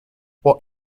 what